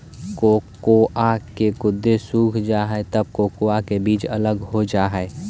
cocoa के गुदे सूख जा हई तब कोकोआ का बीज अलग हो जा हई